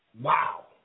Wow